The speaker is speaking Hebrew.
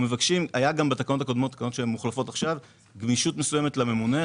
גם בתקנות הקודמות הייתה גמישות מסוימת לממונה,